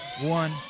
one